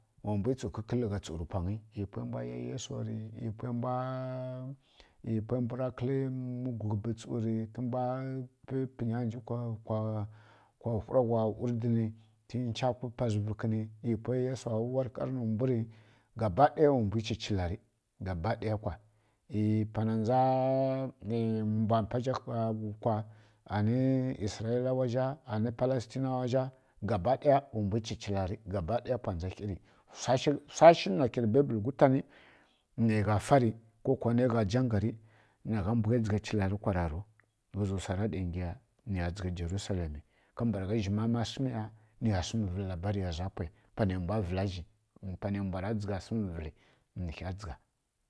Wa mbwirǝ tsu kǝkǝllǝ gha tsu rǝ pwanghi ˈyi pwe mbwa ya yesu rǝ ˈyi pwe mbwa kǝlǝ nwdu mǝwguglǝbǝ ri tǝmbwa mwnu pǝnya ghǝnji kwa whura wgha urduni ri ncha pǝpazǝvǝ kǝni ˈyi pwe yesuwa warƙar nǝ mbwu ri gaba ɗaya wambi ra chilari gaba ɗaya kwa pana ndza mbwa mpa zha kha kwa ani israilawa zha anǝ palistiyawa zha gaba ɗaya wa mbi chichilari gabaɗaya pwa ndza khiri wsa shi na kiri baibǝli ko kuwa ne gha jangari naghan mbwugharǝ chilarɨ kwararau ghǝzi wsa ra sa ngiya nǝya dzǝgha jerusalem kambǝragha zhima ma sǝmi ya niya sǝmǝ vǝlǝ labariya za kan mbwi pane mbwa vǝla zhi panai mbwa ra dzǝgha sǝmǝ vǝla zhi nǝ kha dzǝgha